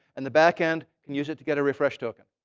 and the back-end can use it to get a refresh token.